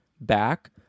back